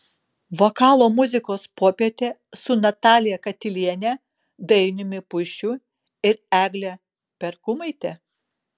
vokalo muzikos popietė su natalija katiliene dainiumi puišiu ir egle perkumaite